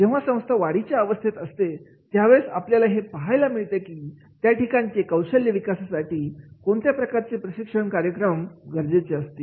जेव्हा संस्था वाढीच्या अवस्थेत असते त्यावेळेस आपल्याला हे पाहायचे असते की त्या ठिकाणी कौशल्य विकासासाठी कोणत्या प्रकारचे प्रशिक्षण कार्यक्रम गरजेचे असतील